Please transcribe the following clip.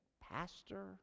pastor